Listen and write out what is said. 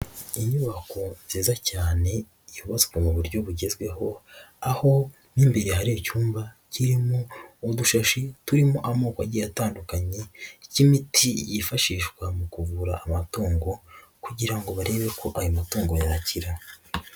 Inyubako nziza cyane yubatswe mu buryo bugezweho aho mo imbere hari icyumba kirimo udushashi turimo amoko agiye atandukanye ry'imiti yifashishwa mu kuvura amatungo kugira ngo barebe ko ayo matungo yakira.